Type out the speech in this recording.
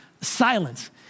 silence